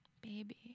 baby